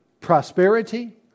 prosperity